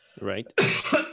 Right